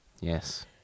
Yes